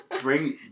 Bring